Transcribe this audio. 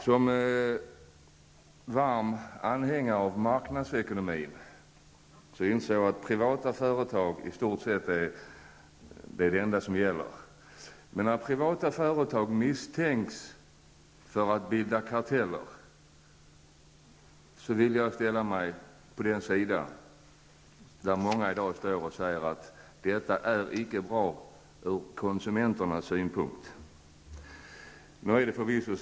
Som varm anhängare av marknadsekonomin inser jag att privata företag i stort sett är det enda som gäller. Men när privata företag kan misstänkas för att bilda karteller ställer jag mig på den sida där många i dag står. Jag hävdar alltså att nuvarande situation inte är bra från konsumenternas synpunkt. Förvisso har jag inte några konkreta bevis.